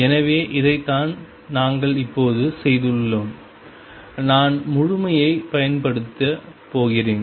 எனவே இதைத்தான் நாங்கள் இப்போது செய்துள்ளேன் நான் முழுமையைப் பயன்படுத்தப் போகிறேன்